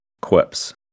quips